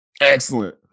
Excellent